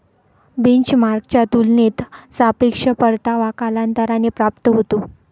बेंचमार्कच्या तुलनेत सापेक्ष परतावा कालांतराने प्राप्त होतो